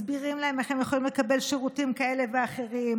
מסבירים להם איך הם יכולים לקבל שירותים כאלה ואחרים,